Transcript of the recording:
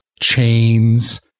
chains